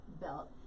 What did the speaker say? belt